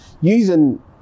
using